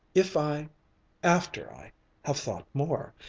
if i after i have thought more,